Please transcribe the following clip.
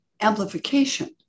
amplification